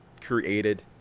created